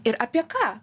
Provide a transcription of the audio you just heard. ir apie ką